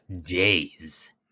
days